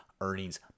earnings